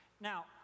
Now